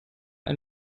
ein